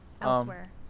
elsewhere